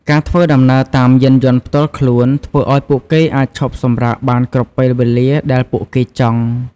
ការធ្វើដំណើរតាមយានយន្តផ្ទាល់ខ្លួន ធ្វើឱ្យពួកគេអាចឈប់សម្រាកបានគ្រប់ពេលវេលា ដែលពួកគេចង់។